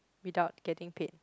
without getting paid